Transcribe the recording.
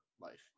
life